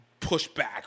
pushback